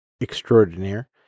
extraordinaire